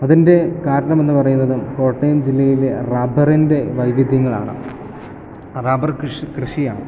അതിൻ്റെ കാരണം എന്ന് പറയുന്നത് കോട്ടയം ജില്ലയിലെ റബറിന്റെ വൈവിധ്യങ്ങളാണ് റബ്ബറ് കൃഷിയാണ്